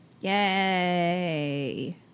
Yay